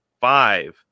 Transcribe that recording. five